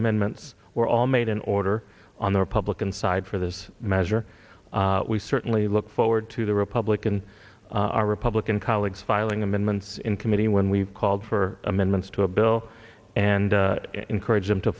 amendments were all made in order on the republican side for this measure we certainly look forward to the republican our republican colleagues filing amendments in committee when we called for amendments to a bill and encourage them to